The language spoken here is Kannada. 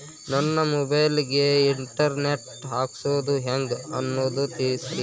ನನ್ನ ಮೊಬೈಲ್ ಗೆ ಇಂಟರ್ ನೆಟ್ ಹಾಕ್ಸೋದು ಹೆಂಗ್ ಅನ್ನೋದು ತಿಳಸ್ರಿ